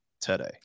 today